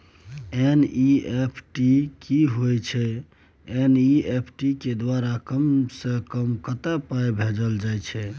NEFT की होय छै एन.ई.एफ.टी के द्वारा कम से कम कत्ते पाई भेजल जाय छै?